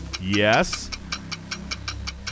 Yes